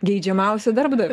geidžiamiausio darbdavio